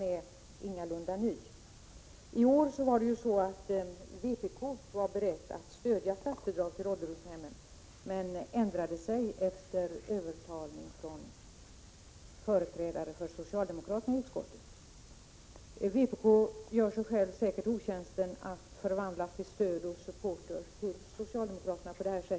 Vi har under den senaste tiden läst skräckartiklar, som vi alla har förfärats över, om att hemtjänsten låser in gamla människor i lägenheten för att de inte skall gå ut och fara illa. Vi upprörs.